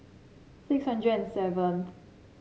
six hundred and seventh